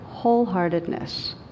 wholeheartedness